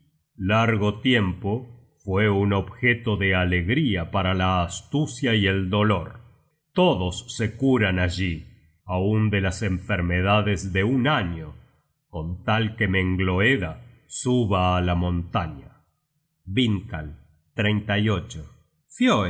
largo tiempo fue un objeto de alegría para la astucia y el dolor todos se curan allí aun de las enfermedades de un año con tal que mengloeda suba á la montaña vifldkal fioelsving etc